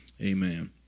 amen